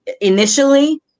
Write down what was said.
initially